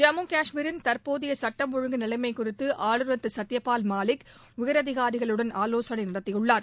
ஜம்மு கஷ்மீரின் தற்போதைய சுட்டம் ஒழுங்கு நிலைமை குறித்து ஆளுநர் திரு சத்யபால் மாலிக் உயர் அதிகாரிகளுடன் ஆலோசனை நடத்தியுள்ளார்